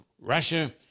Russia